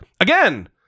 Again